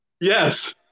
Yes